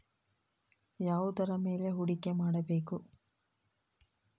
ಯಾವುದರ ಮೇಲೆ ಹೂಡಿಕೆ ಮಾಡಬೇಕು?